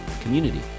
community